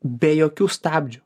be jokių stabdžių